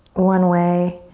one way,